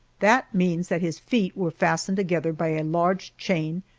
that means that his feet were fastened together by a large chain,